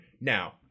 Now